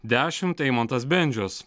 dešimt eimantas bendžius